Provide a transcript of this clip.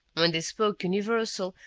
when they spoke universal,